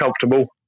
comfortable